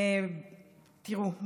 תראו,